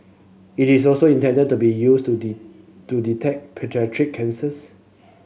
it is also intended to be used to to detect paediatric cancers